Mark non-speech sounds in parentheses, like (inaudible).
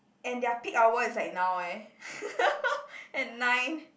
and their peak hour is like now eh (laughs) at nine